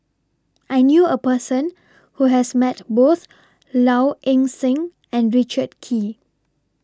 I knew A Person Who has Met Both Low Ing Sing and Richard Kee